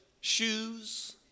shoes